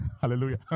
Hallelujah